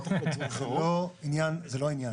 זה לא העניין.